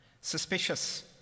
suspicious